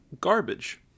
garbage